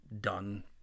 done